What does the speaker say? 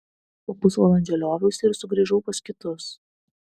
po pusvalandžio lioviausi ir sugrįžau pas kitus